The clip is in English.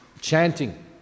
chanting